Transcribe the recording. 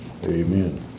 Amen